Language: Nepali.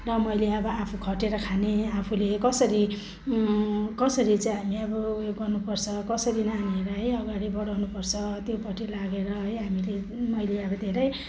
र मैले अब आफू खटेर खाने आफूले कसरी कसरी चाहिँ हामी अब उयो गर्नुपर्छ कसरी नानीहरूलाई है अघाडि बढाउनुपर्छ त्योपट्टि लागेर है हामीले मैले अब धेरै